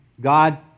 God